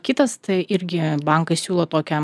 kitas tai irgi bankai siūlo tokią